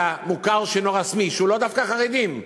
ולמוכר שאינו רשמי, שהוא לא דווקא החרדים,